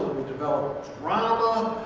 we developed drama,